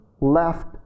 left